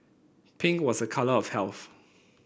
pink was a colour of health